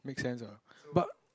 make sense ah but